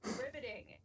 riveting